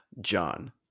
John